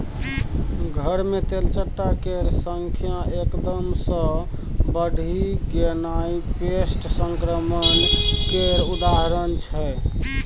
घर मे तेलचट्टा केर संख्या एकदम सँ बढ़ि गेनाइ पेस्ट संक्रमण केर उदाहरण छै